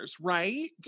right